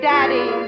Daddy